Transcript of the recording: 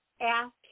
ask